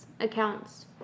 accounts